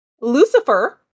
Lucifer